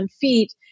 feet